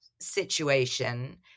situation